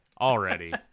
already